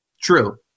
True